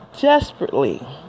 Desperately